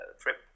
trip